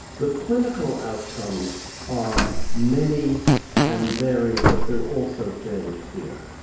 the clinical outcomes are many and varied but they are also fairly clear.